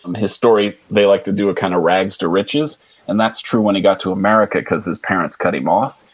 um his story, they like to do a kind of rags-to-riches and that's true when he got to america because his parents cut him off.